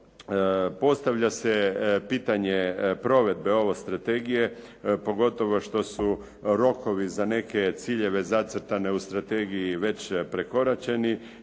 postavlja se pitanje provedbe ove strategije, pogotovo što su rokovi za neke ciljeve zacrtane u strategiji već prekoračeni